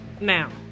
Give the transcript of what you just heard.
Now